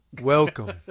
welcome